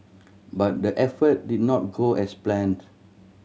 but the effort did not go as planned